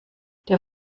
der